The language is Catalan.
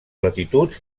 latituds